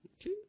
Okay